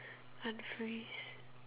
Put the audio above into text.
countries